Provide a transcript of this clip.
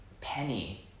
Penny